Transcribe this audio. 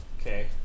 Okay